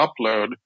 upload